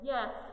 Yes